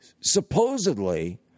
supposedly